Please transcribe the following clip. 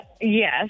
Yes